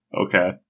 Okay